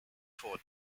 for